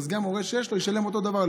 וגם הורה שיש לו ישלם אותו דבר.